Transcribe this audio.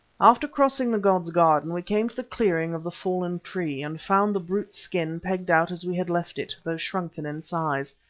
after crossing the god's garden, we came to the clearing of the fallen tree, and found the brute's skin pegged out as we had left it, though shrunken in size.